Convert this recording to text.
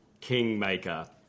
Kingmaker